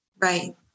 Right